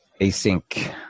async